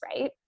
right